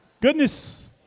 Goodness